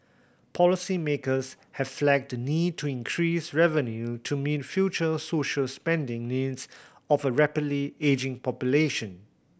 policymakers have flagged the need to increase revenue to meet future social spending needs of a rapidly ageing population